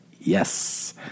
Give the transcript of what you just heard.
Yes